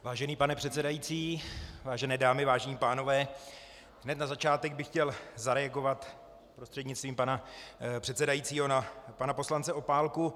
Vážený pane předsedající, vážené dámy, vážení pánové, hned na začátek bych chtěl zareagovat prostřednictvím pana předsedajícího na pana poslance Opálku.